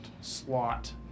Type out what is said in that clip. slot